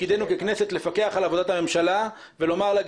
תפקידנו ככנסת לפקח על עבודת הממשלה ולומר לה,